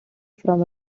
from